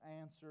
answer